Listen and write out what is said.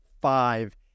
five